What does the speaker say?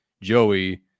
Joey